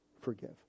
forgive